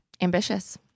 Ambitious